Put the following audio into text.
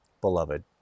beloved